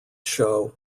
show